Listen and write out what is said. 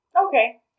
Okay